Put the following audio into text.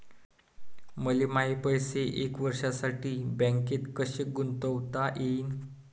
मले माये पैसे एक वर्षासाठी बँकेत कसे गुंतवता येईन?